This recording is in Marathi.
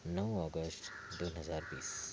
नऊ ऑगस्ट दोन हजार वीस